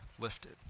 lifted